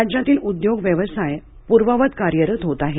राज्यातील उद्योग व्यवसाय पूर्ववत कार्यरत होत आहेत